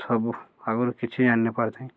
ସବୁ ଆଗରୁ କିଛି ଜାନି ନପାରିଥାଏଁ